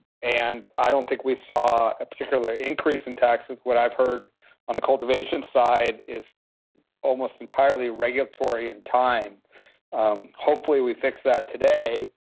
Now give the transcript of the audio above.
and i don't think we saw a particular increase in taxes. what i've heard on the cultivation side is almost entirely regulatory and time hopefully, we fix that today.